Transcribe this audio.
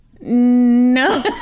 No